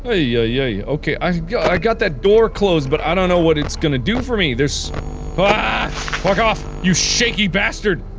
ah yai yai. okay i got i got that door closed, but i don't know what its going to do for me. there's ahhh fuck off! you shaky bastard!